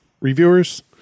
reviewers